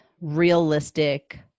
realistic